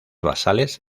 basales